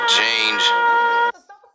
change